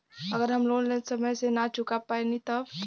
अगर हम लोन समय से ना चुका पैनी तब?